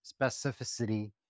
specificity